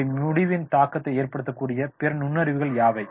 ஒரு முடிவின் தாக்கத்தை ஏற்படுத்தக்கூடிய பிற நுண்ணறிவுகள் யாவை